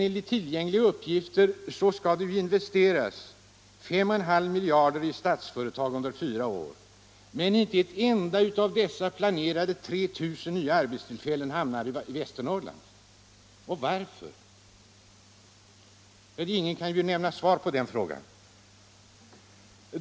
Enligt tillgängliga uppgifter skall det investeras 5,5 miljarder i Statsföretag under fyra år, men inte ett enda av planerade 3 000 nya arbetstillfällen hamnar i Västernorrland. Varför? Ingen kan ge svar på den frågan.